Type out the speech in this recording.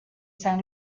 san